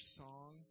song